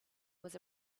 was